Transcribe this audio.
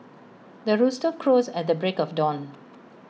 the rooster crows at the break of dawn